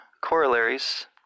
corollaries